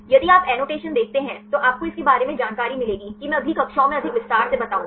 यदि आप एनोटेशन देखते हैं तो आपको इसके बारे में जानकारी मिलेगी कि मैं अगली कक्षाओं में अधिक विस्तार से बताऊंगा